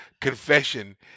confession